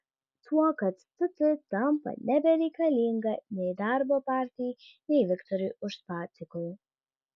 tuo kad tt tampa nebereikalinga nei darbo partijai nei viktorui uspaskichui